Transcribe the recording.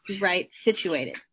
right-situated